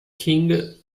king